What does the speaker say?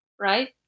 right